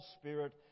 Spirit